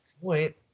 Wait